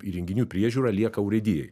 įrenginių priežiūra lieka urėdijai